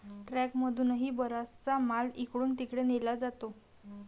ट्रकमधूनही बराचसा माल इकडून तिकडे नेला जातो